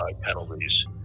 penalties